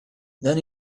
then